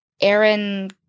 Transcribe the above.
Aaron